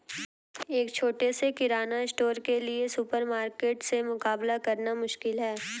एक छोटे से किराना स्टोर के लिए सुपरमार्केट से मुकाबला करना मुश्किल है